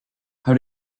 how